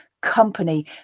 company